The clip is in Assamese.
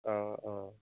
অঁ অঁ